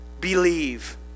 believe